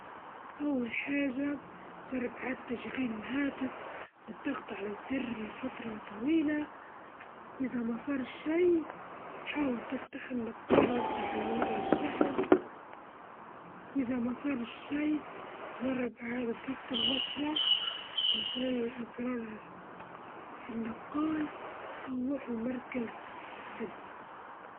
أول حاجة بنغسل الرز تحت المية عشان نشيل النشا الزايدة، وبعدين نحط الرز في طنجرة مع مية بكمية كمية الرز ونخليها تغلي وبعدين نخفف النار عليها المدة عشر دجايج لخمستاش دجيجة لحد ما تستوي.